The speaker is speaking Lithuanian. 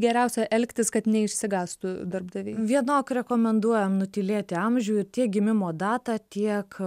geriausia elgtis kad neišsigąstų darbdaviai vienok rekomenduojam nutylėti amžių tiek gimimo datą tiek